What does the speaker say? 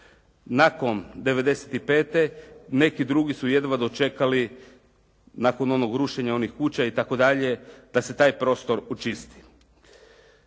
nakon '95. neki drugi su jedva dočekali, nakon onog rušenja onih kuća itd. da se taj prostor očisti.